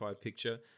picture